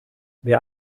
wer